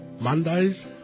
Mondays